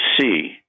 see